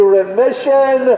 remission